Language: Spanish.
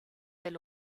del